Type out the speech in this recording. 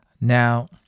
Now